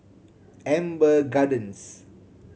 Amber Gardens